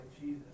jesus